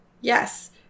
Yes